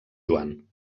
joan